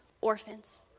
orphans